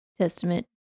Testament